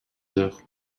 heures